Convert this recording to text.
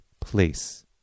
place